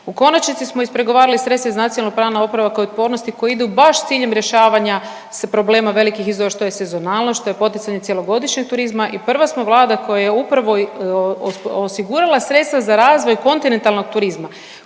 U konačnici smo ispregovarali sredstva iz Nacionalnog plana oporavka i otpornosti koji ide baš s ciljem rješavanja s problema velikih izazova što je sezonalnost, što je poticanje cjelogodišnjeg turizma i prva smo vlada koja upravo osigurala sredstva za razvoj kontinentalnog turizma,